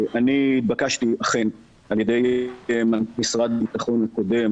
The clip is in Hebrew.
אני אכן התבקשתי על ידי מנכ"ל משרד הביטחון הקודם,